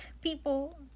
people